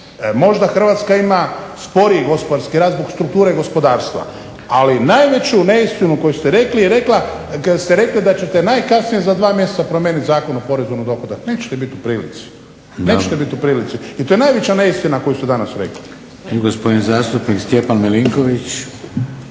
Možda Hrvatska ima sporiji gospodarski rast zbog strukture gospodarstva, ali najveću neistinu koju ste rekli kada ste rekli kada ćete najkasnije za dva mjeseca promijeniti Zakon o porezu na dohodak. Nećete biti u prilici, nećete biti u prilici. I to je najveća neistina koju ste danas rekli.